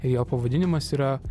jo pavadinimas yra